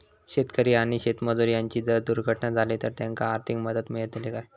शेतकरी आणि शेतमजूर यांची जर दुर्घटना झाली तर त्यांका आर्थिक मदत मिळतली काय?